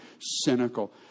cynical